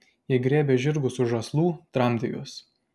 jie griebė žirgus už žąslų tramdė juos